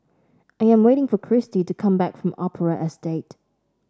I am waiting for Kristy to come back from Opera Estate